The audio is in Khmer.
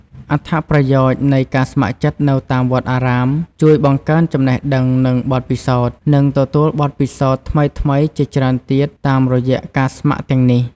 អត្ថប្រយោជន៍នៃការស្ម័គ្រចិត្តនៅតាមវត្តអារាម ជួយបង្កើនចំណេះដឹង និងបទពិសោធន៍ នឹងទទួលបទពិសោធន៍ថ្មីៗជាច្រើនទៀតតាមរយៈការស្ម័គ្រទាំងនេះ។